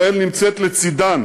ישראל נמצאת לצדן